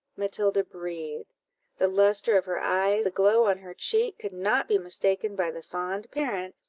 matilda breathed the lustre of her eye, the glow on her cheek, could not be mistaken by the fond parent,